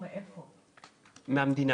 מהמדינה.